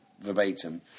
verbatim